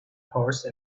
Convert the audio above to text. horse